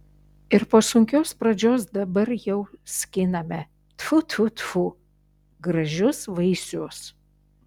ir po sunkios pradžios dabar jau skiname tfu tfu tfu gražius vaisius